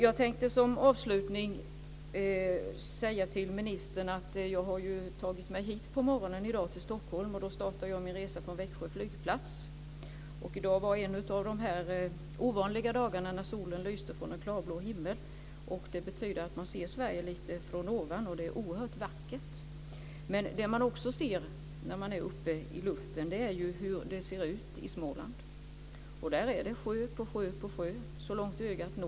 Jag tänkte som avslutning säga till ministern att jag på morgonen i dag tog mig till Stockholm. Jag startade min resa från Växjös flygplats. I dag var det en av de ovanliga dagarna när solen lyste från en klarblå himmel. Det betyder att man såg Sverige lite från ovan. Det var oerhört vackert. Men det man också ser när man är uppe i luften är hur det ser ut i Småland. Där är det sjö på sjö så långt ögat kan nå.